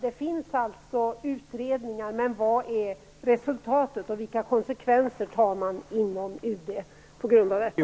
Det finns alltså utredningar, men vad är resultatet och vilka konsekvenser ser man inom UD på grund av detta?